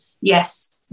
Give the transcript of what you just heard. yes